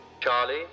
Charlie